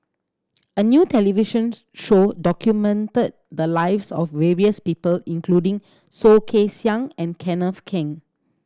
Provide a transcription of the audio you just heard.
a new televisions show documented the lives of various people including Soh Kay Siang and Kenneth Keng